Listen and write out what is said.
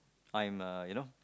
I'm uh you know